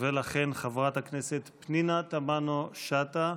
לכן, חברת הכנסת פנינה תמנו שטה,